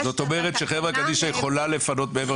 זאת אומרת שחברה קדישא יכולה לפנות מעבר